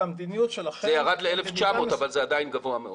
זה ירד ל-1,900 אבל זה עדיין מספר גבוה מאוד.